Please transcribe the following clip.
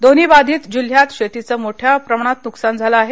दोन्ही बाधित जिल्ह्यात शेतीचंही मोठ्या प्रमाणात नुकसान झालं आहे